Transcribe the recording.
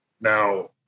Now